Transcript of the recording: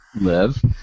live